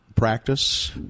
practice